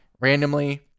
randomly